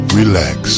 relax